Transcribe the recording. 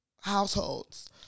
households